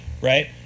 Right